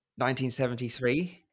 1973